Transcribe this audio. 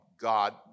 God